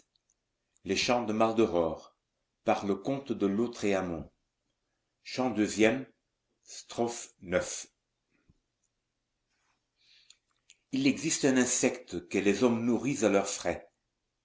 il existe un insecte que les hommes nourrissent à leurs frais